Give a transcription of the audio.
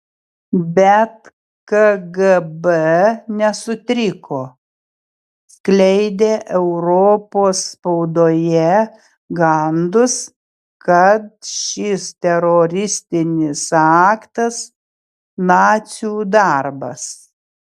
bet kgb nesutriko skleidė europos spaudoje gandus kad šis teroristinis aktas nacių darbas